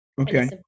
okay